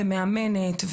מאמנת,